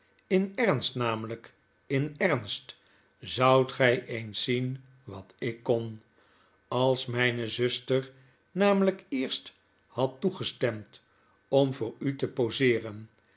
in ernst namelyk in ernst zoudt gy eens zien wat ik kon als myne zuster namelyk eerst had toegestemd om voor u te proseeren